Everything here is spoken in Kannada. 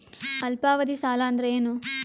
ಅಲ್ಪಾವಧಿ ಸಾಲ ಅಂದ್ರ ಏನು?